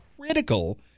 critical